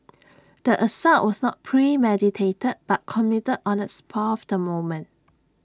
the assault was not premeditated but committed on A spur of the moment